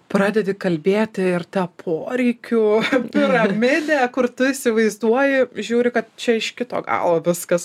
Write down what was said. pradedi kalbėti ir tą poreikių piramidę kur tu įsivaizduoji žiūri kad čia iš kito galo viskas